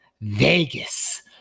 Vegas